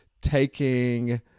taking